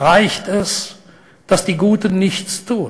חסר גבולות.